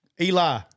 Eli